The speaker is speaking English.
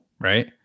right